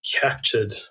captured